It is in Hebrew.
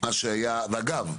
אגב,